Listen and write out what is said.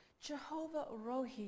Jehovah-Rohi